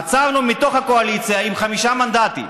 עצרנו מתוך הקואליציה עם חמישה מנדטים,